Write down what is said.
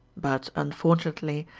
but, unfortunately,